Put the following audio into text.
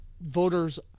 voters